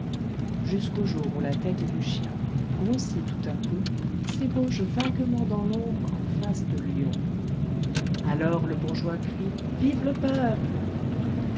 jusqu'au jour où la tête du chien grossie tout à coup s'ébauche vaguement dans l'ombre en face de lion alors le bourgeois crie vive le peuple